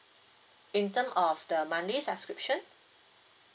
in term of the monthly subscription